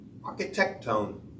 Architecton